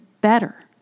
better